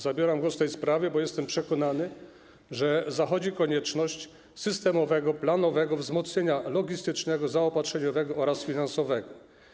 Zabieram głos w tej sprawie, bo jestem przekonany, że zachodzi konieczność systemowego, planowego wzmocnienia logistycznego, zaopatrzeniowego oraz finansowego.